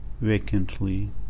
vacantly